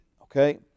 Okay